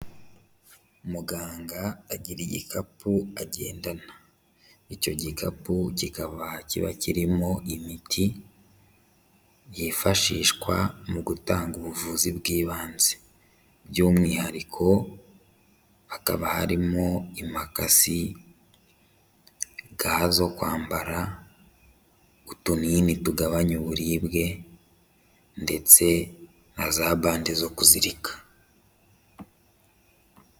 Muganga agira igikapu agendana. Icyo gikapu kikaba kiba kirimo imiti, yifashishwa mu gutanga ubuvuzi bw'ibanze. By'umwihariko hakaba harimo imakasi, ga zo kwambara, utunini tugabanya uburibwe, ndetse na za bande zo kuzirika.